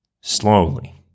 slowly